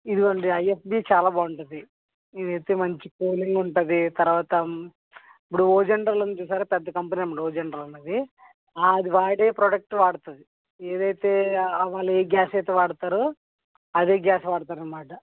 ఇదిగోండి ఐయఫ్బి చాలా బాగుంటుంది ఇదైతే మంచి కూలింగ్ ఉంటుంది తరువాత ఇప్పుడు ఓ జనరల్ ఉంది చూశారా పెద్ద కంపెనీ ఓ జనరల్ అన్నది అది వాడే ప్రోడక్ట్ వాడుతుంది ఏదైతే వాళ్ళు ఏ గ్యాస్ అయితే వాడుతారో అదే గ్యాస్ వాడుతారన్నమాట